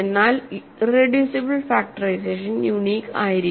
എന്നാൽ irreducible factorisation unique ആയിരിക്കണം